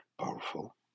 powerful